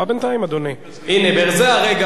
הנה, בזה הרגע הגיעה תשובה.